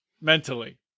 mentally